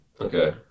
Okay